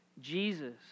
Jesus